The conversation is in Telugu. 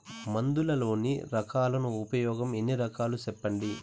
మందులలోని రకాలను ఉపయోగం ఎన్ని రకాలు? సెప్పండి?